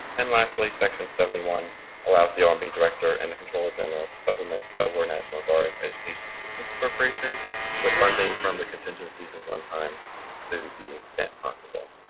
and lastly, section seventy one allows the um omb director and the controller general to supplement to delaware national guard education assistance appropriation with funding from the contingencies of one-times to the extent possible.